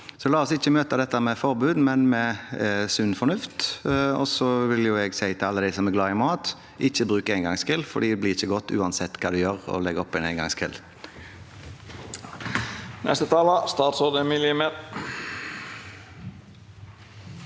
La oss ikke møte dette med forbud, men med sunn fornuft – og så vil jeg si til alle som er glad i mat: Ikke bruk engangsgrill, for det blir ikke godt uansett hva du legger oppå en engangsgrill.